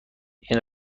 این